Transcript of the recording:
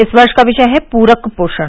इस वर्ष का विषय हे पूरक पोषण